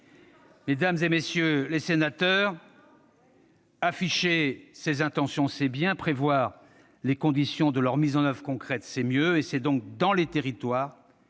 Mesdames, messieurs, afficher des intentions, c'est bien ; prévoir les conditions de leur mise en oeuvre concrète, c'est mieux. « C'est donc dans les territoires